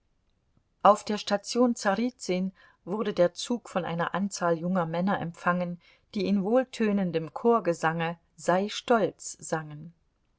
auf der station zarizün wurde der zug von einer anzahl junger männer empfangen die in wohltönendem chorgesange sei stolz sangen